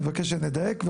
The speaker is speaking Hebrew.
ואני מבקש שנדייק,